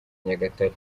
nyagatare